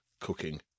cooking